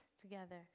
together